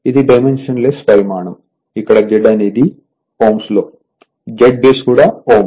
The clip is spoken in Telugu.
ఇది డైమెన్షన్ లెస్ పరిమాణం ఇక్కడ Z అనేది Ω Z బేస్ కూడా Ω